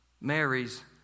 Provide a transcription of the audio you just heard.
Mary's